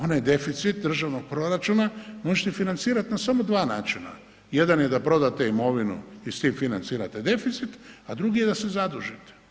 Onaj deficit državnog proračuna možete financirat na samo dva načina, jedan je da prodate imovinu i s tim financirate deficit, a drugi je da se zadužite.